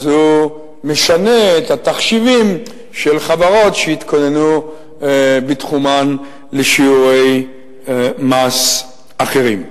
תמיד הוא משנה את התחשיבים של חברות שהתכוננו בתחומן לשיעורי מס אחרים.